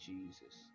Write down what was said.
Jesus